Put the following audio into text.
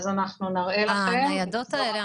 הניידות האלה,